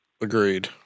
Agreed